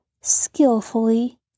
skillfully